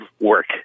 work